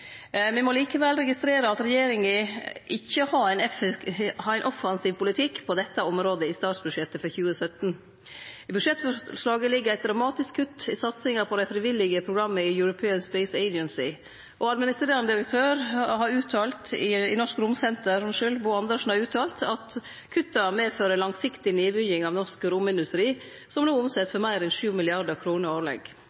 må me registrere at regjeringa ikkje har ein offensiv politikk på dette området i statsbudsjettet for 2017. I budsjettforslaget ligg det eit dramatisk kutt i satsinga på dei frivillige programma i European Space Agency, og administrerande direktør Bo Andersen i Norsk Romsenter har uttalt at kutta medfører langsiktig nedbygging av norsk romindustri, som no